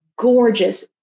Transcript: Gorgeous